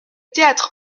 théâtre